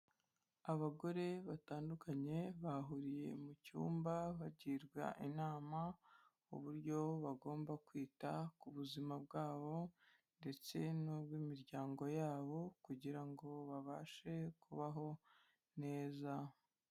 Abagore batandukanye bahuriye mu cyumba bagirwa inama uburyo bagomba kwita ku buzima bwabo ndetse n'ubw'imiryango yabo kugira ngo babashe kubaho neza.